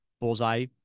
Bullseye